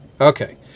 Okay